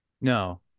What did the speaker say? No